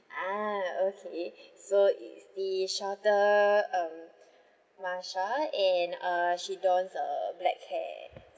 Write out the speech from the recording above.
ah okay so is the shelter um marsha and uh she dons a black hair